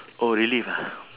oh relive ah